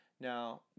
Now